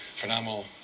phenomenal